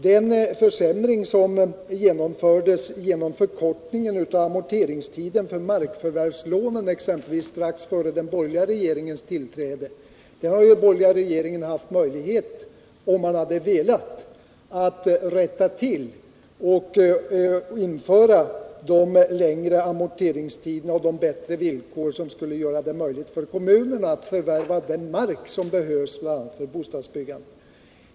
Den försämring genom förkonningen av amonceringsuden för marklörvärvslånen som genomfördes strax innan den borgerliga regeringen tillträdde har ju den borgerliga regeringen, om den hade velat, haft möjlighet att rätta till genom att införa längre amorteringstider och bättre villkor, som skulle göra det möjligt för kommunerna att förvärva mark som behövs bl.a. för bostadsbyggande.